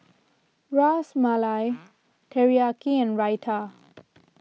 Ras Malai Teriyaki and Raita